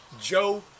Joe